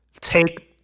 take